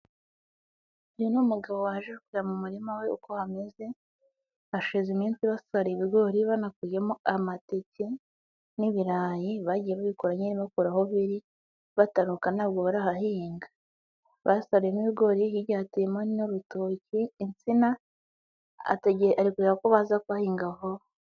Uyu ni umugabo waje kureba mu murima we uko hameze, hashize iminsi basaruye ibigori banakuyemo amateke, n'ibirayi bagiye babikura bakura aho biri, bataruka ntabwo barahahinga. Basaruyemo ibigori hirya hateyemo n'urutoki insina, ari kureba ko baza kuhahinga vuba.